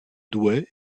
douai